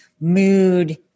mood